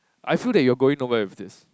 I feel that you're going nowhere with this